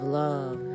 love